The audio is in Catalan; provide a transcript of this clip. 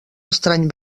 estrany